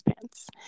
pants